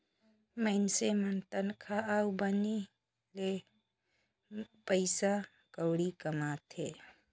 मइनसे मन तनखा अउ बनी ले पइसा कउड़ी कमाथें